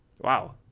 Wow